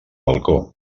balcó